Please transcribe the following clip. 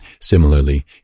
Similarly